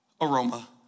aroma